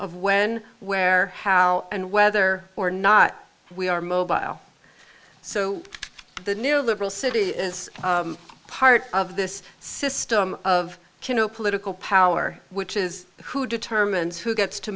of when where how and whether or not we are mobile so the near liberal city is part of this system of political power which is who determines who gets to